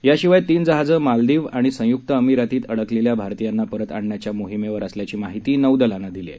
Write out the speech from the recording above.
याशिवाय तीन जहाजं मालदीप आणि संयुक्त अमिरातीत अडकलेल्या भारतीयांना परत आणण्याच्या मोहीमेवर असल्याची माहिती नौदलानं दिली आहे